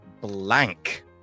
blank